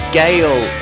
gale